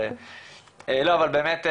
אבל באמת,